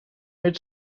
mid